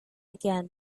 again